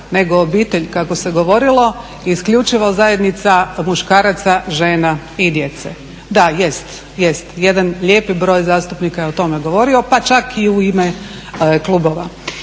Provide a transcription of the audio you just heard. nego obitelj kako se govorilo isključivo zajednica muškaraca, žena i djece. Da, jest, jedan lijepi broj zastupnika je o tome govorio pa čak i u ime klubova.